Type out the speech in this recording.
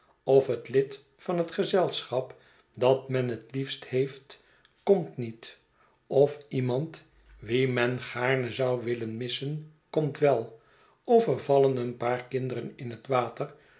of dat lid van het gezelschap dat men het liefst heeft komt niet of iemand wien men gaarne zou willen missen komt wel of er vallen een paar kinderen in het water